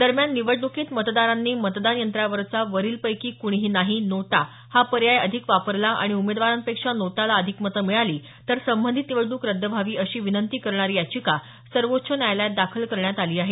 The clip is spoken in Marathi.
दरम्यान निवडणुकीत मतदारांनी मतदान यंत्रावरचा वरीलपैकी कुणीही नाही नोटा हा पर्याय अधिक वापरला आणि उमेदवारांपेक्षा नोटाला अधिक मतं मिळाली तर संबंधित निवडणूक रद्द व्हावी अशी विनंती करणारी याचिका सर्वोच्च न्यायालयात दाखल करण्यात आली आहे